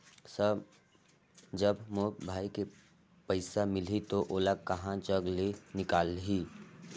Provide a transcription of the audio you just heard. Sir जब मोर भाई के पइसा मिलही तो ओला कहा जग ले निकालिही?